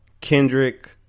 Kendrick